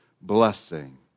blessing